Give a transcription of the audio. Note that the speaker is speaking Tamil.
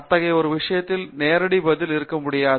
மூர்த்தி அத்தகைய ஒரு விஷயத்திற்கு நேரடி பதில் இருக்க முடியாது